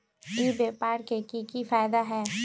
ई व्यापार के की की फायदा है?